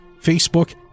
Facebook